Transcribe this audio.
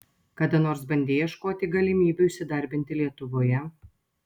kada nors bandei ieškoti galimybių įsidarbinti lietuvoje